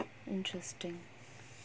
interesting